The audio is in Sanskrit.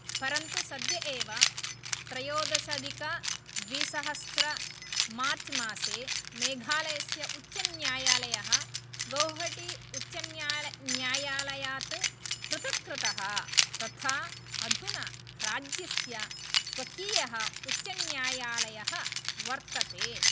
परन्तु सद्य एव त्रयोदशधिक द्विसहस्र मार्च् मासे मेघालयस्य उच्च न्यायालयः गौहाटी उच्च न्याय न्यायालयात् पृथक् कृतः तथा अधुना राज्यस्य स्वकीयः उच्चन्यायालयः वर्तते